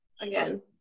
Again